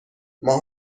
ماه